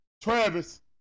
Travis